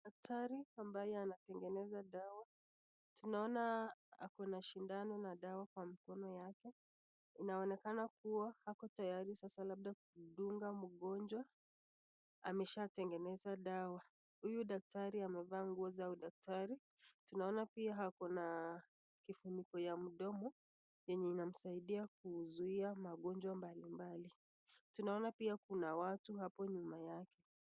Daktari ambaye anatengeneza dawa, tunaona ako na shindano na dawa kwa mkono wake anaonekana kuwa ako tayari sasa labda kutunga mgonjwa ameshaa tengenesa dawa, huyu daktari amefaa nguo za udktari tunaona pia akona kifunguo ya mndomo yanye inauzia magonjwa mbalimbali tunaona pia kuna watu hapo nyumo yake .